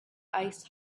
ice